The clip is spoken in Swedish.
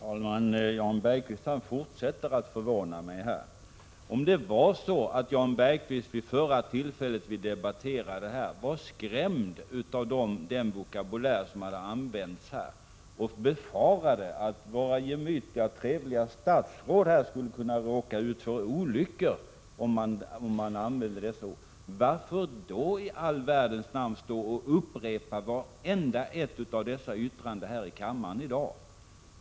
Herr talman! Jan Bergqvist fortsätter att förvåna mig. Om Jan Bergqvist — 12 december 1986 vid det förra tillfället när vi debatterade denna fråga var skrämd av den vokabulär som hade använts här och befarade att våra gemytliga och trevliga statsråd skulle kunna råka ut för olyckor, om man använde sådana ord, varför i all världens namn upprepar han då vartenda ett av dessa ord här i kammaren i dag?